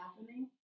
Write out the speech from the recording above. happening